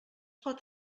pot